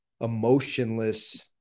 emotionless